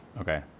Okay